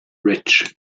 rich